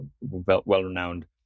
well-renowned